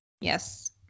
Yes